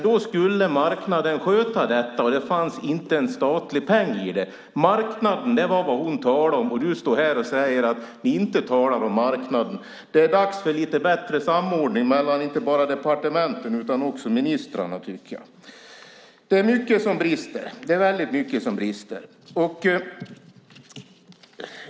Då skulle marknaden sköta det, och det fanns inte en statlig peng i det. Marknaden var det som hon talade om, och du står här och säger att ni inte talar om marknaden. Det är dags för lite bättre samordning mellan inte bara departementen utan också ministrarna, tycker jag. Det är mycket som brister.